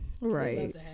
Right